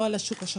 לא על השוק השחור.